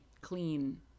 clean